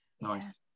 Nice